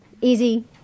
Easy